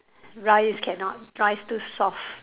rice cannot rice too soft